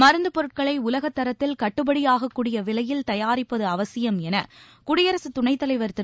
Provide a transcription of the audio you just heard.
மருந்துப் பொருட்களை உலக தரத்தில் கட்டுபடியாகக் கூடிய விலையில் தயாரிப்பது அவசியம் என குடியரக துணைத் தலைவர் திரு